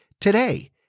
today